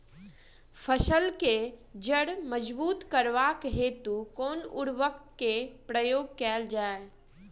फसल केँ जड़ मजबूत करबाक हेतु कुन उर्वरक केँ प्रयोग कैल जाय?